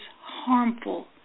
harmful